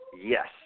Yes